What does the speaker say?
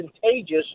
contagious